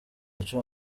ico